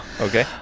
okay